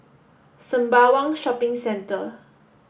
Sembawang Shopping Centre